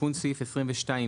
תיקון סעיף 22ג,